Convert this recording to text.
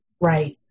right